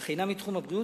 אך אינם מתחום הבריאות,